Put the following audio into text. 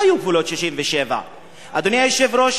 לא היו גבולות 67'. אדוני היושב-ראש,